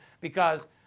because-